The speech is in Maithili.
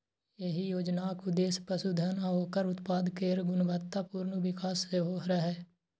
एहि योजनाक उद्देश्य पशुधन आ ओकर उत्पाद केर गुणवत्तापूर्ण विकास सेहो रहै